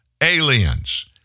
aliens